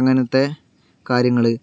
അങ്ങനത്തെ കാര്യങ്ങള്